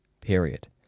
period